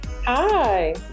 Hi